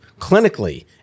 clinically